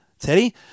Teddy